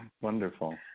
Wonderful